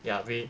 ya we